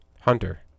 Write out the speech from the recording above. Hunter